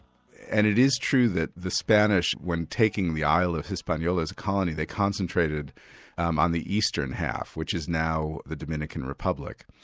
and it is true that the spanish, when taking the isle of hispaniola as a colony, they concentrated um on the eastern half, which is now the dominican republic,